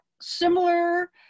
similar